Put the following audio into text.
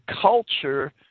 culture